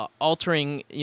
altering